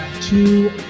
two